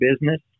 business